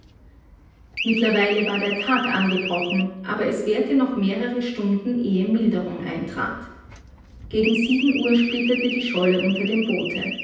mittlerweile war der tag angebrochen aber es währte noch mehrere stunden ehe milderung eintrat gegen sieben uhr splitterte die scholle unter dem boote